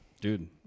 Dude